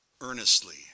Earnestly